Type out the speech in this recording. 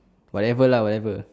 whatever lah whatever